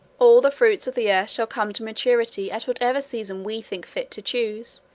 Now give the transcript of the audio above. all the fruits of the earth shall come to maturity at whatever season we think fit to choose,